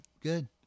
good